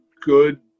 good